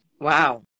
Wow